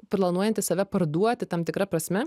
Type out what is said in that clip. planuojanti save parduoti tam tikra prasme